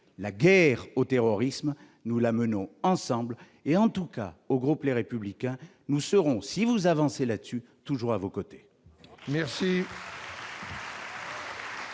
la guerre au terrorisme, nous la menons ensemble ! Et, en tout cas, au groupe Les Républicains, nous serons, si vous avancez là-dessus, toujours à vos côtés. La